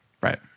Right